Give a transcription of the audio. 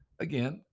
again